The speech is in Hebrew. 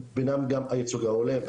ביניהם גם הייצוג ההולם.